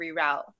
reroute